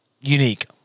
unique